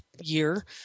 year